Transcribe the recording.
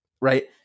right